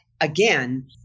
again